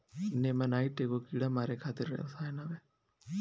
नेमानाइट एगो कीड़ा मारे खातिर रसायन होवे